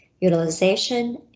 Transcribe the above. utilization